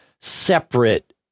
separate